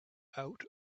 out